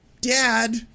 Dad